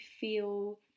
feel